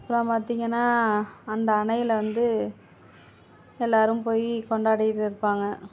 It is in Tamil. அப்புறம் பார்த்திங்கன்னா அந்த அணையில் வந்து எல்லாரும் போய் கொண்டாடிகிட்ருப்பாங்க